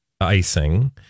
icing